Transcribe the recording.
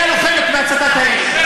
היה לו חלק בהצתת האש,